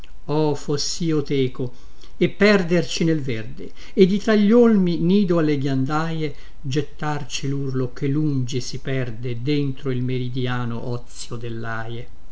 oh fossi io teco e perderci nel verde e di tra gli olmi nido alle ghiandaie gettarci lurlo che lungi si perde dentro il meridiano ozio dellaie